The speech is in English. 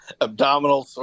Abdominal